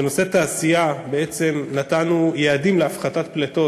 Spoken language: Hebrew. בנושא התעשייה בעצם נתנו יעדים להפחתת פליטות